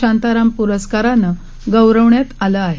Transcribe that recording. शांतारामप्रस्कारानंगौरवण्यातआलंआहे